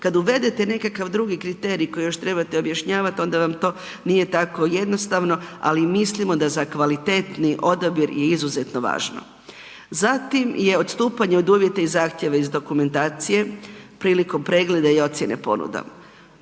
kad uvedete nekakav drugi kriterij koji još treba objašnjavat, onda vam to nije tako jednostavno, ali mislimo da za kvalitetni odabir je izuzetno važno, zatim je odstupanje od uvjeta i zahtjeva iz dokumentacije prilikom pregleda i ocjene ponuda.